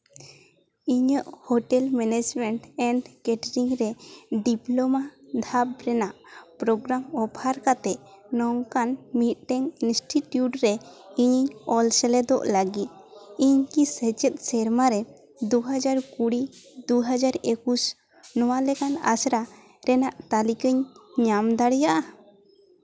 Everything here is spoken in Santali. ᱤᱧᱟᱹᱜ ᱦᱳᱴᱮᱞ ᱢᱮᱱᱮᱡᱽᱢᱮᱱᱴ ᱮᱱᱰ ᱠᱮᱴᱨᱤᱝ ᱨᱮ ᱰᱤᱯᱞᱳᱢᱟ ᱫᱷᱟᱯ ᱨᱮᱱᱟᱜ ᱯᱨᱳᱜᱨᱟᱢ ᱚᱯᱷᱟᱨ ᱠᱟᱛᱮᱫ ᱱᱚᱝᱠᱟᱱ ᱢᱤᱫᱴᱮᱱ ᱤᱱᱥᱴᱤᱴᱤᱭᱩᱴ ᱨᱮ ᱤᱧᱤᱧ ᱚᱞ ᱥᱮᱞᱮᱫᱚᱜ ᱞᱟᱹᱜᱤᱫ ᱤᱧ ᱠᱤ ᱥᱮᱪᱮᱫ ᱥᱮᱨᱢᱟ ᱨᱮ ᱫᱩ ᱦᱟᱡᱟᱨ ᱠᱩᱲᱤ ᱫᱩ ᱦᱟᱡᱟᱨ ᱮᱠᱩᱥ ᱱᱚᱣᱟ ᱞᱮᱠᱟᱱ ᱟᱥᱲᱟ ᱨᱮᱱᱟᱜ ᱛᱟᱞᱤᱠᱟᱧ ᱧᱟᱢ ᱫᱟᱲᱮᱭᱟᱜᱼᱟ